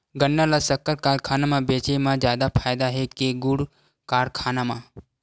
गन्ना ल शक्कर कारखाना म बेचे म जादा फ़ायदा हे के गुण कारखाना म?